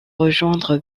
rejoindre